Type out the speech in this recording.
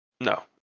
no